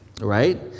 right